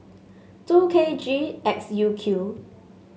two K G X U Q